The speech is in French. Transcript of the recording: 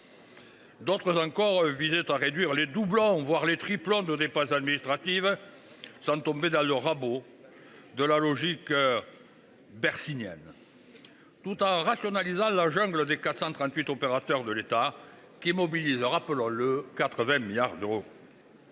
D’autres encore tendaient à réduire les doublons, voire les triplons, de dépenses administratives, sans tomber dans la logique « bercynienne » du rabot, tout en rationalisant la jungle des 438 opérateurs de l’État, qui mobilisent – rappelons le – 80 milliards d’euros